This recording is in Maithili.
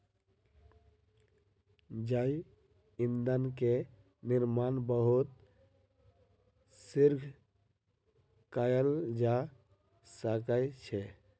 जैव ईंधन के निर्माण बहुत शीघ्र कएल जा सकै छै